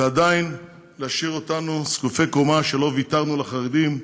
ועדיין להשאיר אותנו זקופי קומה שלא ויתרנו לחרדים.